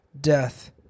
death